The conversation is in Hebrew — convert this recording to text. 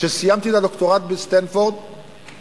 כשסיימתי את הדוקטורט בסטנפורד,